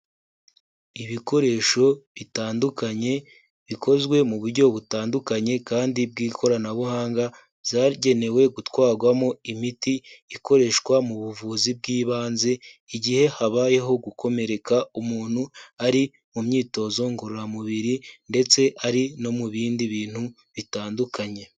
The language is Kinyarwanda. Ibikoresho bitandukanye bikozwe mu buryo butandukanye kandi bw'ikoranabuhanga zagenewe gutwarwamo imiti ikoreshwa mu buvuzi bw'ibanze, igihe habayeho gukomereka umuntu ari mu myitozo ngororamubiri ndetse ari no mu bindi bintu bitandukanye.